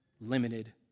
limited